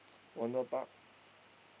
Wonder Park